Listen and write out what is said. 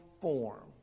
form